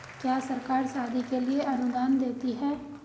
क्या सरकार शादी के लिए अनुदान देती है?